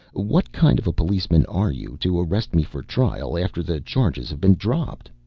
what kind of a policeman are you to arrest me for trial after the charges have been dropped?